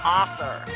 author